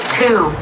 two